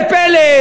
וראה זה פלא,